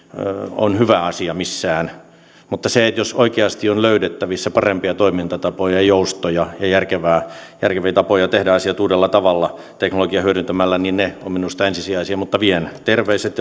on hyvä asia missään mutta jos oikeasti on löydettävissä parempia toimintatapoja joustoja ja järkeviä tapoja tehdä asiat uudella tavalla teknologiaa hyödyntämällä niin ne ovat minusta ensisijaisia mutta vien terveiset